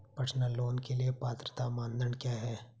Personal loan के लिए पात्रता मानदंड क्या हैं?